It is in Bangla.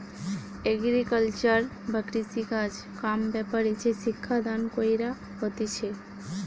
এগ্রিকালচার বা কৃষিকাজ কাম ব্যাপারে যে শিক্ষা দান কইরা হতিছে